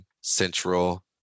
Central